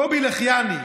קובי לחיאני,